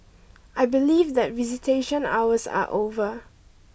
I believe that visitation hours are over